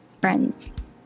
friends